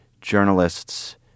journalists